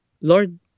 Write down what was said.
Lord